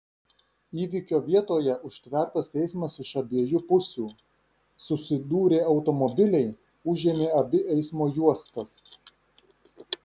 įvykio vietoje užtvertas eismas iš abiejų pusių susidūrė automobiliai užėmė abi eismo juostas